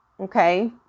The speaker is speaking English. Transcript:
Okay